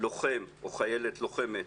לוחם או חיילת לוחמת